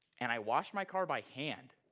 and i wash my car by hand.